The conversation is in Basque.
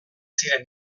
ziren